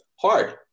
Hard